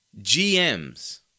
GMs